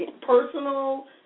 personal